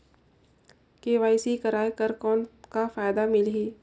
KYC कराय कर कौन का फायदा मिलही?